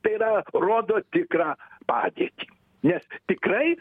tai yra rodo tikrą padėtį nes tikrai